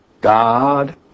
God